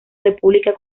república